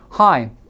Hi